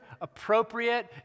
appropriate